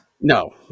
No